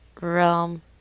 realm